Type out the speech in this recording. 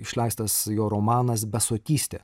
išleistas jo romanas besotystė